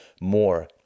more